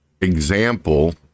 example